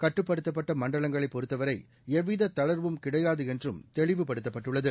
கட்டுப்படுத்தப்பட்ட மண்டலங்களைப் பொறுத்தவரை எவ்வித தளர்வும் கிடையாது என்றும் தெளிவுபடுத்தப்பட்டுள்ளது